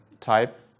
type